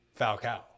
Falcao